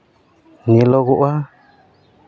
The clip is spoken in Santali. ᱧᱮᱞᱚᱜᱚᱜᱼᱟ